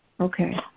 Okay